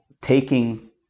taking